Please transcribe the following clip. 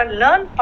learn